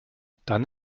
dann